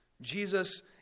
Jesus